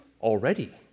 already